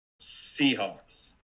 Seahawks